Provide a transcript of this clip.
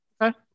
Okay